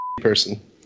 person